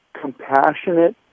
compassionate